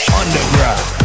underground